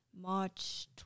March